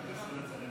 וגם השופט סולברג.